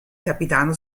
capitano